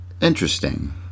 Interesting